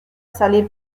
salir